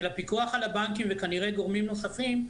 הפיקוח על הבנקים וכנראה גורמים נוספים,